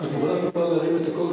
את יכולה טיפה להרים את הקול,